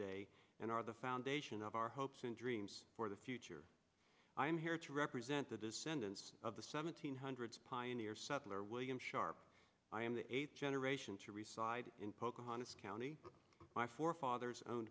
day and are the foundation of our hopes and dreams for the future i am here to represent the descendants of the seventeen hundreds pioneer settler william sharp i am the eighth generation to resize in pocahontas county my forefathers owned